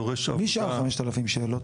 מי שאל 5,000 שאלות?